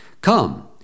Come